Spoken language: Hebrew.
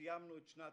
סיימנו את שנת